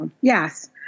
yes